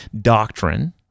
doctrine